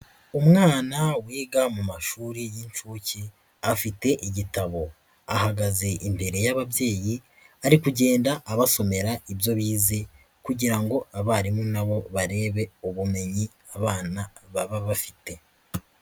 Umwana wiga mu mashuri y'inshuke afite igitabo. Ahagaze imbere y'ababyeyi ari kugenda abasomera ibyo bize kugira ngo abarimu na bo barebe ubumenyi abana baba bafite.